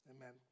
Amen